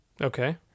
Okay